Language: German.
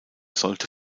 sollte